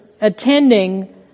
attending